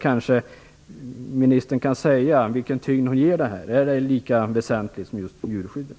Kan ministern säga vilken tyngd hon ger denna fråga? Är den lika väsentlig som djurskyddet?